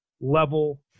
level